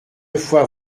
fois